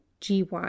gy